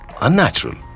unnatural